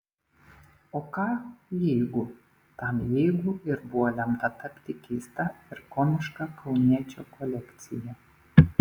o ką jeigu tam jeigu ir buvo lemta tapti keista ir komiška kauniečio kolekcija